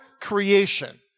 creation